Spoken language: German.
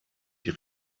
die